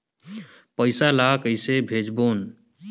पईसा ला कइसे भेजबोन?